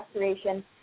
restoration